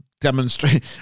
demonstrate